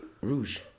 Rouge